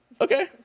Okay